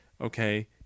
okay